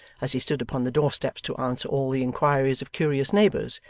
as he stood upon the door-steps to answer all the inquiries of curious neighbours,